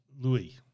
Louis